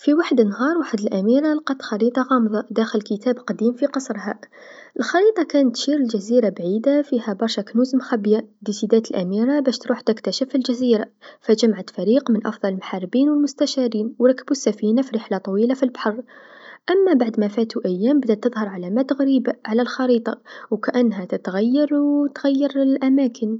في وحد النهار وحد أميره لقات خريطه غامضه داخل كتاب قديم في قصرها، الخريطه كانت شبه الجزيرا بعيدا فيها برشا كنوز مخبيا، ديسيدات الأميره باش تروح تكتشف الجزيرا، فجمعت فريق من أكبر المحاربين و المستشارين و ركبو السفينه فر رحله طويلا في البحر، أما بعد ما فاتو أيام بدات تظهر علامات غريبه على الخريطه و كأنها تتغير و تغير الأماكن.